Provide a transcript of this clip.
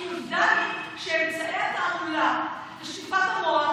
כי עובדה היא שאמצעי התעמולה ושטיפת המוח,